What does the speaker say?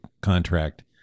contract